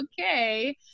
okay